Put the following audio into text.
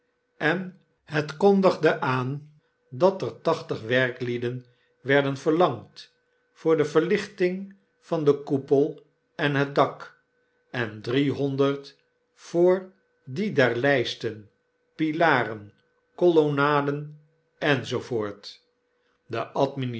en het kondigde aan dat ertachtig werklieden werden verlangd voor de verlichting van den koepel en het dak en driehonderd voor die der lysten pilaren kolonnaden enz de